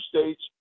states